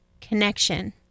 connection